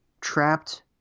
trapped